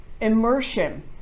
immersion